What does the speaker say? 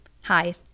hi